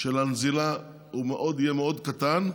של הנזילה יהיה מאוד קטן,